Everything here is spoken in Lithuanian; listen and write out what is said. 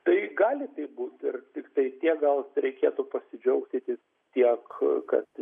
tai gali taip būt ir tiktai tie gal reikėtų pasidžiaugti tiek kad